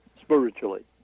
spiritually